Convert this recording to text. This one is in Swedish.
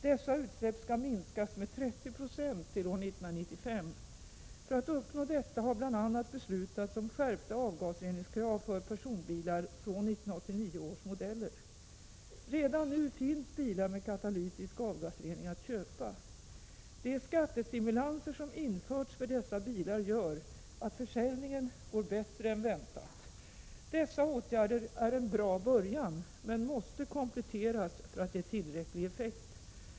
Dessa utsläpp skall minskas med 30 9 till år 1995. För att uppnå detta har bl.a. beslutats om skärpta avgasreningskrav för personbilar från 1989 års modeller. Redan nu finns bilar med katalytisk avgasrening att köpa. De skattestimulanser som införts för dessa bilar gör att försäljningen går bättre än väntat. Dessa åtgärder är en bra början men måste kompletteras för att ge tillräcklig effekt.